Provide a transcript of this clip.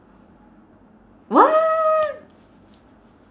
what